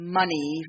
money